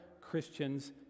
Christians